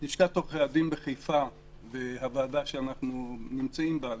לשכת עורכי הדין בחיפה והוועדה שאנחנו נמצאים בה,